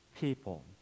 people